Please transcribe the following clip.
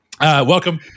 welcome